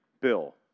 Bill